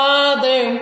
Father